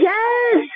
Yes